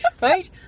Right